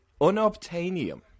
Unobtainium